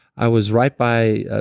i was right by. ah